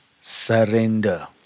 surrender